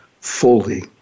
fully